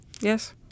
Yes